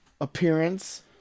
appearance